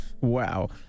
Wow